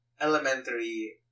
elementary